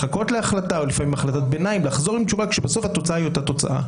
לחכות להחלטה ולחזור עם תשובה כשבסוף התוצאה היא אותה תוצאה.